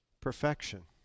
perfection